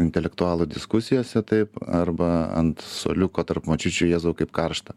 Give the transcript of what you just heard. intelektualų diskusijose taip arba ant suoliuko tarp močiučių jėzau kaip karšta